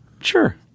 Sure